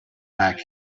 back